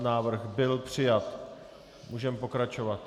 Návrh byl přijat. Můžeme pokračovat.